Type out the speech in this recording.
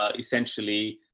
ah essentially,